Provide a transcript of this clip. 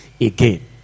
again